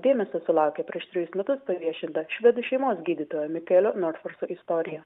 dėmesio sulaukė prieš trejus metus paviešinta švedų šeimos gydytojo mikaelio norferso istorija